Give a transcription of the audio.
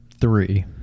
three